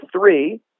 three